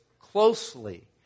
closely